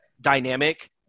dynamic